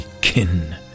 kin